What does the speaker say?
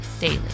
daily